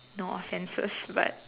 no offenses but